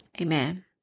Amen